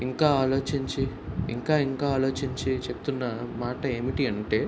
ఇంకా ఆలోచించి ఇంకా ఇంకా ఆలోచించి చెప్తున్న మాట ఏమిటి అంటే